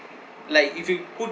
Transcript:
like if you put